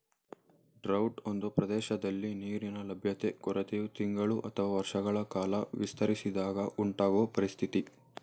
drought ಒಂದು ಪ್ರದೇಶದಲ್ಲಿ ನೀರಿನ ಲಭ್ಯತೆ ಕೊರತೆಯು ತಿಂಗಳು ಅಥವಾ ವರ್ಷಗಳ ಕಾಲ ವಿಸ್ತರಿಸಿದಾಗ ಉಂಟಾಗೊ ಪರಿಸ್ಥಿತಿ